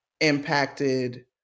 impacted